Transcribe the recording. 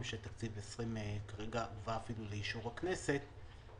שתקציב 2020 בא אפילו לאישור הכנסת.